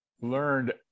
learned